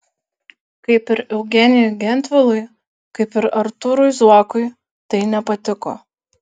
kaip ir eugenijui gentvilui kaip ir artūrui zuokui tai nepatiko